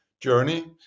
journey